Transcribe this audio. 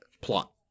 plot